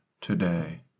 today